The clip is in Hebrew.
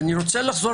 ואני חוזר